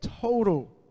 total